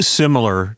similar